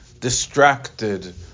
distracted